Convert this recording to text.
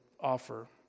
offer